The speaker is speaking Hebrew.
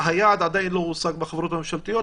היעד עדיין לא הושג בחברות הממשלתיות,